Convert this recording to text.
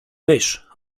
mysz